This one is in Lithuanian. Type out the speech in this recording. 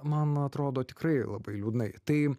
man atrodo tikrai labai liūdnai tai